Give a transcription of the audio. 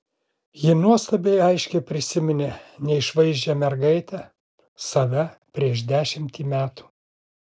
ji nuostabiai aiškiai prisiminė neišvaizdžią mergaitę save prieš dešimtį metų